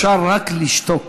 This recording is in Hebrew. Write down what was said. אפשר רק לשתוק.